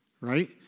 Right